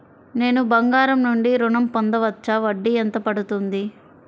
నేను బంగారం నుండి ఋణం పొందవచ్చా? వడ్డీ ఎంత పడుతుంది?